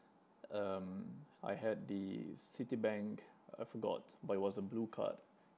um I had the Citibank I forgot but it was a blue card